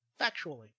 factually